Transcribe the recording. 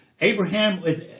Abraham